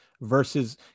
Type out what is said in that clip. Versus